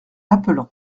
appelant